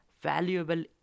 valuable